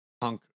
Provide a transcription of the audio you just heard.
punk